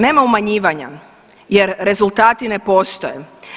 Nema umanjivanja jer rezultati ne postoje.